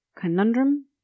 Conundrum